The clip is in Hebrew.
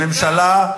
שממשלה,